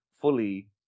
fully